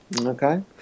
Okay